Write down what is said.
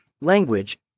Language